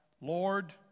Lord